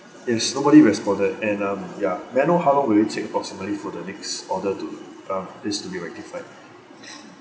yes nobody responded and um ya may I know how long will it take approximately for the next order to um needs to be rectified